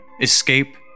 escape